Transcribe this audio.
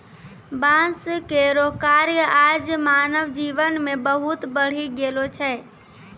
बांस केरो कार्य आज मानव जीवन मे बहुत बढ़ी गेलो छै